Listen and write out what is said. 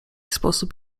sposób